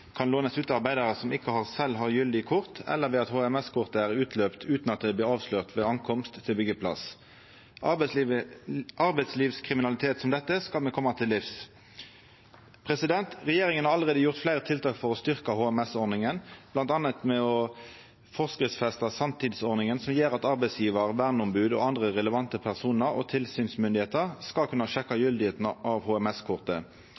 ut til arbeidarar som ikkje sjølve har gyldig kort, eller ved at HMS-kortet er utløpt utan at det blir avslørt når arbeidaren kjem til byggjeplassen. Arbeidslivskriminalitet som dette skal me koma til livs. Regjeringa har allereie sett i verk fleire tiltak for å styrkja HMS-ordninga, bl.a. gjennom å forskriftsfesta sanntidsordninga, som gjer at arbeidsgjevaren, verneombodet og andre relevante personar og tilsynsmyndigheiter skal kunna sjekka